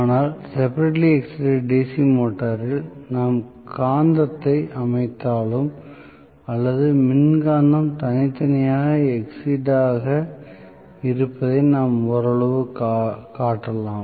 ஆனால் separately excited DC மோட்டரில் நாம் காந்தத்தை அமைத்தாலும் அல்லது மின்காந்தம் தனித்தனியாக எக்சிட்டடாக இருப்பதை நாம் ஓரளவு காட்டலாம்